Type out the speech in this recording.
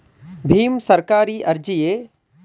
ಭೀಮ್ ಸರ್ಕಾರಿ ಅರ್ಜಿಯೇ?